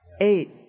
Eight